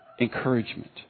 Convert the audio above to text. encouragement